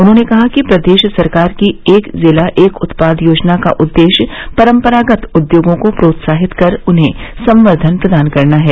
उन्होंने कहा कि प्रदेश सरकार की एक जिला एक उत्पाद योजना का उद्देश्य परंपरागत उद्दोगों को प्रोत्साहित कर उन्हें संबर्धन प्रदान करना है